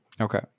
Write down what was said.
Okay